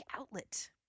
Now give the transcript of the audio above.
outlet